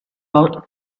lot